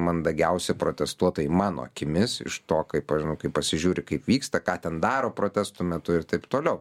mandagiausi protestuotojai mano akimis iš to kaip aš žinau kaip pasižiūri kaip vyksta ką ten daro protestų metu ir taip toliau